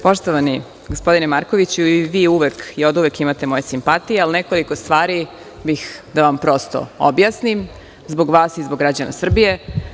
Poštovani gospodine Markoviću, vi oduvek imate moje simpatije, ali nekoliko stvari bih da vam prosto objasnim, zbog vas i zbog građana Srbije.